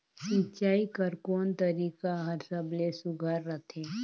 सिंचाई कर कोन तरीका हर सबले सुघ्घर रथे?